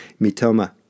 mitoma